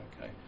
okay